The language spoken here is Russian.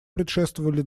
предшествовали